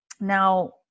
Now